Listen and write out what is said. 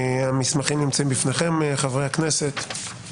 המסמכים נמצאים לפניכם, חברי הכנסת.